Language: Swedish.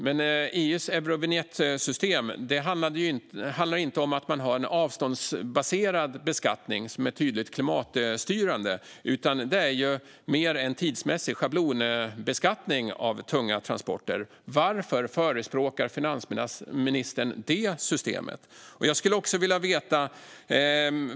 Men EU:s Eurovinjettsystem handlar inte om en avståndsbaserad beskattning som är tydligt klimatstyrande, utan det är mer en tidsmässig schablonbeskattning av tunga transporter. Varför förespråkar finansministern det systemet?